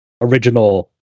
original